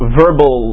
verbal